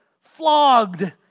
flogged